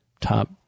top